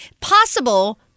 possible